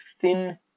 thin